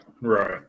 right